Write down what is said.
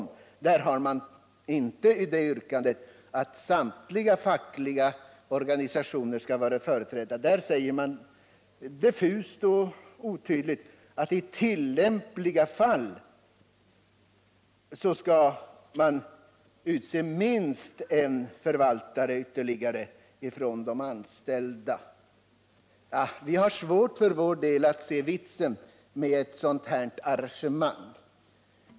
I det har man inte skrivit att samtliga fackliga organisationer skall vara företrädda. Där säger man i stället, diffust och otydligt, att de anställda i tillämpliga fall skall utse minst ytterligare en förvaltare. Vi har för vår del svårt att se vitsen med ett sådant arrangemang.